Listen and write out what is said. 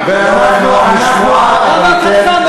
ליפמן, חברת הכנסת לביא, לא נוח לשמוע, אבל ניתֵן,